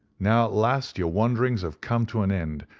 now, at last your wanderings have come to an end,